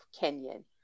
Kenyan